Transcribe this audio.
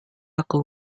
aku